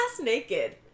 naked